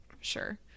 sure